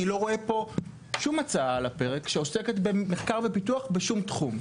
אני לא רואה פה על הפרק שום הצעה שעוסקת במחקר ופיתוח בשום תחום.